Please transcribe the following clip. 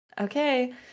Okay